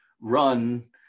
run